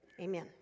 Amen